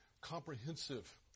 comprehensive